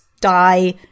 die